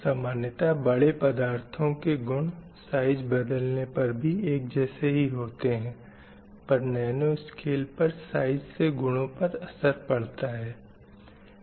सामान्यतः बड़े पदार्थों के गुन साइज़ बदलने पर भी एक जैसे ही होते हैं पर नैनो स्केल पर साइज़ से गुणों पर असर पड़ता है